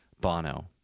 Bono